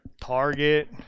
Target